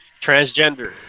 Transgender